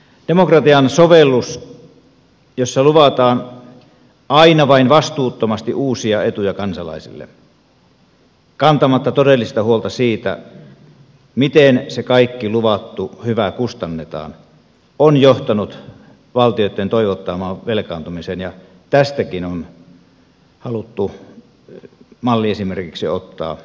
demokratian sovellus jossa luvataan aina vain vastuuttomasti uusia etuja kansalaisille kantamatta todellista huolta siitä miten se kaikki luvattu hyvä kustannetaan on johtanut valtioitten toivottomaan velkaantumiseen ja tästäkin on haluttu malliesimerkiksi ottaa kreikka